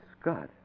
Scott